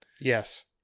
yes